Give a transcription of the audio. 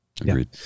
Agreed